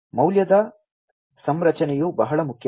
ಮೌಲ್ಯದ ಸಂರಚನೆಯು ಬಹಳ ಮುಖ್ಯವಾಗಿದೆ